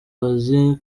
kazi